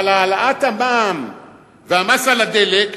אבל העלאת המע"מ והמס על הדלק,